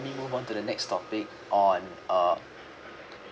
~be move on to the next topic on uh